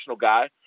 guy